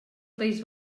país